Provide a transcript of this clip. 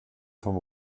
vom